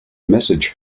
message